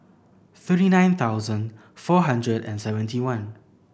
thirty nine thousand four hundred and seventy one